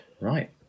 Right